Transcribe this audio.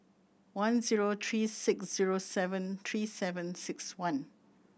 one zero three six zero seven three seven six one